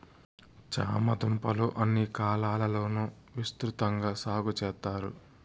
చామ దుంపలు అన్ని కాలాల లోనూ విసృతంగా సాగు చెత్తారు